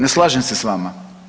Ne slažem se s vama.